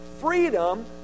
freedom